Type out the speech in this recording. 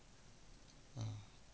uh